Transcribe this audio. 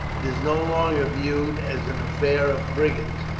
it is no longer viewed as an affair of brigands,